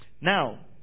Now